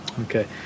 Okay